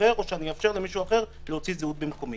אחר או אאפשר למישהו אחר להוציא זהות במקומי.